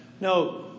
no